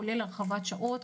כולל הרחבת שעות,